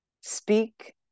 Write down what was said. speak